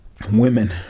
Women